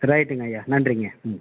ரைட்டுங்கய்யா நன்றிங்க ம்